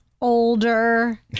older